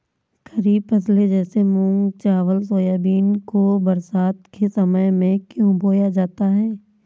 खरीफ फसले जैसे मूंग चावल सोयाबीन को बरसात के समय में क्यो बोया जाता है?